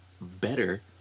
better